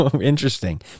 interesting